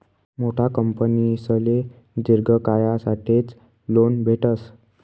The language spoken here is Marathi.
मोठा कंपनीसले दिर्घ कायसाठेच लोन भेटस